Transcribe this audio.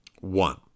One